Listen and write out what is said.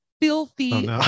filthy